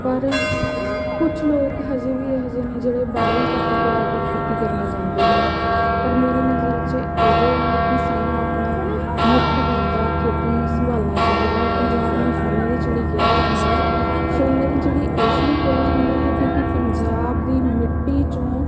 ਪਰ ਕੁਛ ਲੋਕ ਅਜੇ ਵੀ ਇਹ ਜਿਹੇ ਨੇ ਜਿਹੜੇ ਬਾਹਰੋਂ ਪਰਤ ਕੇ ਆ ਕੇ ਖੇਤੀ ਕਰਨਾ ਚਾਹੁੰਦੇ ਨੇ ਪਰ ਮੇਰੀ ਨਜ਼ਰ 'ਚ ਇਹ ਹੈ ਕਿ ਸਾਨੂੰ ਆਪਣਾ ਮੁੱਖ ਕਿੱਤਾ ਖੇਤੀ ਸੰਭਾਲਣਾ ਚਾਹੀਦਾ ਹੈ ਪੰਜਾਬ ਨੂੰ ਸੋਨੇ ਦੀ ਚਿੜੀ ਕਿਹਾ ਜਾਂਦਾ ਹੈ ਸੋਨੇ ਦੀ ਚਿੜੀ ਇਸ ਲਈ ਕਿਹਾ ਜਾਂਦਾ ਹੈ ਕਿਉਂਕਿ ਪੰਜਾਬ ਦੀ ਮਿੱਟੀ 'ਚੋਂ